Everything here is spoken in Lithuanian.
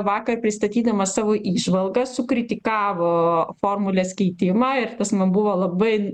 vakar pristatydamas savo įžvalgas sukritikavo formulės keitimą ir tas man buvo labai